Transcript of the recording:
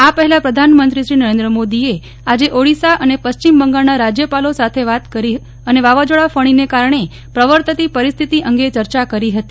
આ પહેલાં પ્રધાનમંત્રી નરૈન્દ્ર મોદીએ આજે ઓડીશા અને પશ્ચિમ બંગાળના રાજયપાલો સાથે વાત કરી અને વાવાઝોડા ફણીને કારણે પ્રવર્તતી પરિસ્થિતિ અંગે ચર્ચા કરી હતી